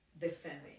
defending